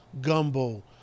gumbo